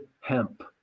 hemp